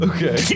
Okay